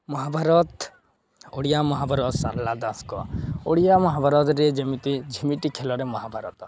ମହାଭାରତ ଓଡ଼ିଆ ମହାଭାରତ ଶାରଳା ଦାସଙ୍କ ଓଡ଼ିଆ ମହାଭାରତରେ ଯେମିତି ଝିମିଟି ଖେଳରେ ମହାଭାରତ